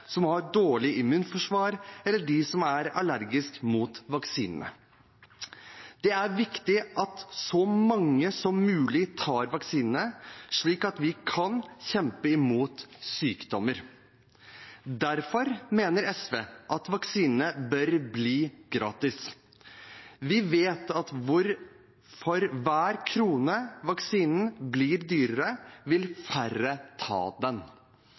som har dårlig immunforsvar, eller de som er allergiske mot vaksinene. Det er viktig at så mange som mulig tar vaksinene, slik at vi kan kjempe imot sykdommer. Derfor mener SV at vaksinene bør bli gratis. Vi vet at for hver krone vaksinen blir dyrere, vil færre ta den.